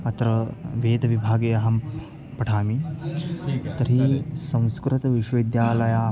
अत्र वेदविभागे अहं पठामि तर्हि संस्कृतविश्वविद्यालये